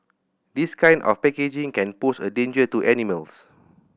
this kind of packaging can pose a danger to animals